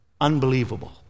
Unbelievable